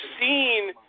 seen